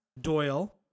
Doyle